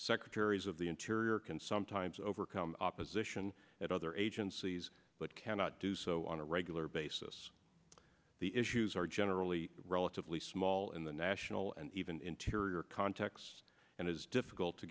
secretaries of the interior can sometimes overcome opposition at other agencies but cannot do so on a regular basis the issues are generally relatively small in the national and even interior contexts and as difficult to